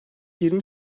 yirmi